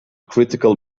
critical